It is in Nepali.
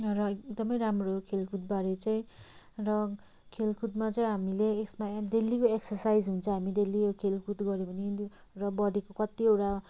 र एकदमै राम्रो खेलकुदबारे चाहिँ र खेलकुदमा चाहिँ हामीले यसमा डेलीको एक्सर्साइज हुन्छ हामी डेली खेलकुद गर्यो भने र बडीको कतिवटा